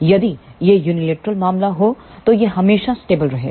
यदि यह यूनिलैटरल मामला हो तो यह हमेशा स्टेबल रहेगा